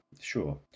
sure